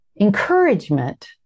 encouragement